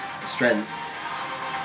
Strength